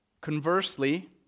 Conversely